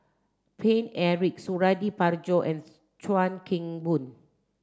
Paine Eric Suradi Parjo and Chuan Keng Boon